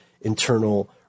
internal